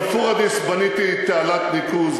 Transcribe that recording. בפוריידיס בניתי תעלת ניקוז,